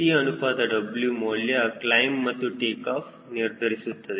T ಅನುಪಾತ W ಮೌಲ್ಯ climb ಮತ್ತು ಟೇಕಾಫ್ ನಿರ್ಧರಿಸುತ್ತದೆ